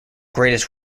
greatest